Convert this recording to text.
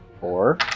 Four